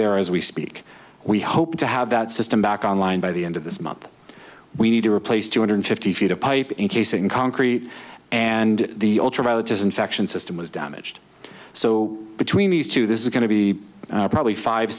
there as we speak we hope to have that system back on line by the end of this month we need to replace two hundred fifty feet of pipe in casing concrete and the ultra violet is infection system was damaged so between these two this is going to be probably five